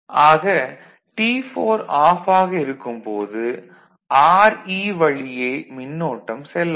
ஆக T4 off ஆக இருக்கும் போது Re வழியே மின்னோட்டம் செல்லாது